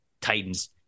Titans